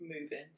moving